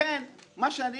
לכן, מה שאני